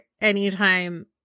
anytime